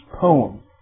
poem